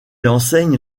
enseigne